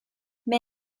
may